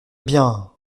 bien